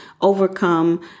overcome